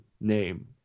name